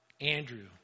Andrew